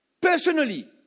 Personally